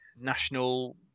National